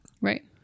Right